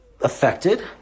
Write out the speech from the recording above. affected